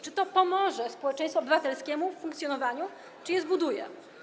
Czy to pomoże społeczeństwu obywatelskiemu w funkcjonowaniu, czy je zbuduje?